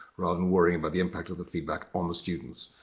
rather than worrying about the impact of the feedback on the students.